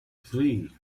three